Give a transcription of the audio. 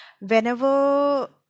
whenever